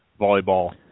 volleyball